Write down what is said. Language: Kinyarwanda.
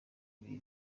ibihe